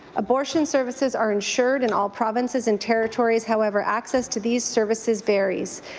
abortion services are insured in all provinces and territories however, access to these services varies.